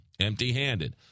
empty-handed